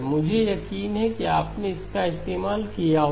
मुझे यकीन है कि आपने इसका इस्तेमाल किया होगा